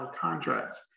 contracts